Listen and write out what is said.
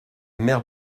mère